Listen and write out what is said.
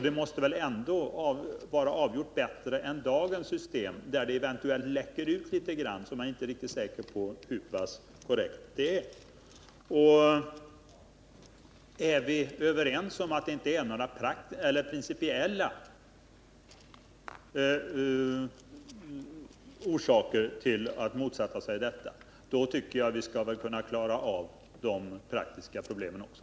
Det måste väl ändå vara avgjort bättre än dagens system, där det eventuellt läcker ut litet grand utan att man är säker på hur pass korrekt det är. Är vi överens om att vi inte har några principiella orsaker till att motsätta oss Öppna utskottsutfrågningar, då tycker jag att vi skall kunna klara av de praktiska problemen också.